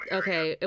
okay